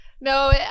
No